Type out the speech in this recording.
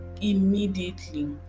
immediately